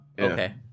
okay